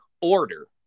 order